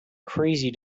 crazy